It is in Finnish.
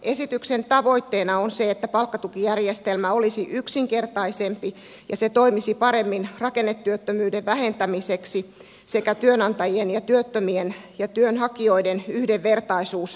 esityksen tavoitteena on se että palkkatukijärjestelmä olisi yksinkertaisempi ja se toimisi paremmin rakennetyöttömyyden vähentämiseksi sekä työnantajien ja työttömien ja työnhakijoiden yhdenvertaisuus lisääntyisi